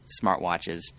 smartwatches